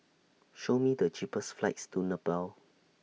Show Me The cheapest flights to Nepal